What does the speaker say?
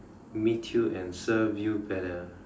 meet you and serve you better